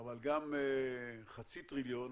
אבל גם חצי טריליון